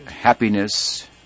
happiness